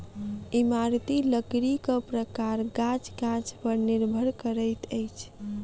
इमारती लकड़ीक प्रकार गाछ गाछ पर निर्भर करैत अछि